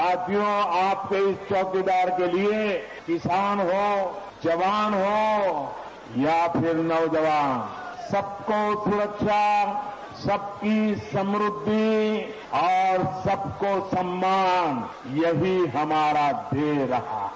साथियों आपके इस चौकीदार के लिये किसान हो जवान हो या फिर नौजवान सबको सुरक्षा सबकी समृद्धि और सबको सम्मान यही हमारा ध्येय रहा है